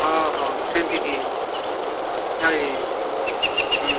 ହଁ ହଁ ସେମିତିକିି ହଁ ହୁଁ